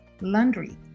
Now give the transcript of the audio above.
laundry